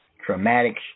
Traumatic